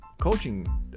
coaching